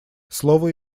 слово